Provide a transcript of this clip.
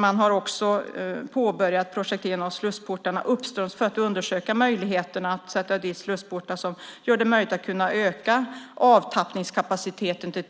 Man har också påbörjat projektering av portarna uppströms för att undersöka möjligheterna att sätta dit slussportar som gör det möjligt att kunna öka avtappningskapaciteten till